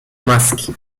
maski